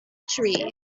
trees